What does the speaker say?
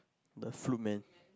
the foot man